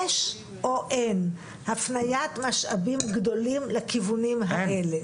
יש או אין הפניית משאבים גדולים לכיוונים האלה?